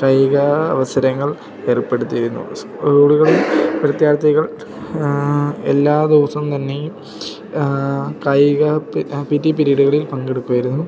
കായിക അവസരങ്ങൾ ഏർപ്പെടുത്തിയിരുന്നു സ്കൂളുകളിൽ വിദ്യാർത്ഥികൾ എല്ലാ ദിവസം തന്നെയും കായിക പി പി ടി പിരീഡുകളിൽ പങ്കെടുക്കുവായിരുന്നു